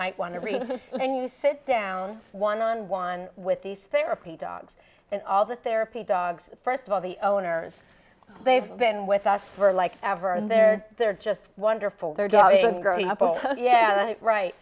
might want to read and you sit down one on one with these therapy dogs and all the therapy dogs first of all the owners they've been with us for like ever and they're they're just wonderful their dogs growing up and yeah right